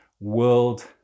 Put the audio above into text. world